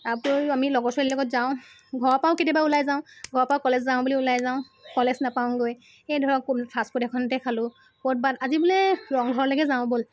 তাৰ উপৰিও আমি লগৰ ছোৱালীৰ লগত যাওঁ ঘৰৰ পাও কেতিয়াবা ওলাই যাওঁ ঘৰৰ পৰা কেতিয়াবা কলেজ যাওঁ বুলি ওলাই যাওঁ কলেজ নেপাওঁগৈ এই ধৰক ওল ফাষ্টফুড এখনতে খালোঁ ক'ৰবাত আজি বোলে ৰংঘৰলৈকে যাওঁ ব'ল